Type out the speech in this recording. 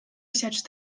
such